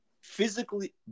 Physically